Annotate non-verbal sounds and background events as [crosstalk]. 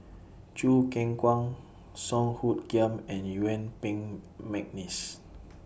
Choo Keng Kwang Song Hoot Kiam and Yuen Peng Mcneice [noise]